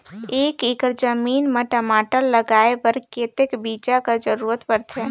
एक एकड़ जमीन म टमाटर लगाय बर कतेक बीजा कर जरूरत पड़थे?